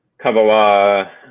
Kabbalah